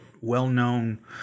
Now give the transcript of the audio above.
well-known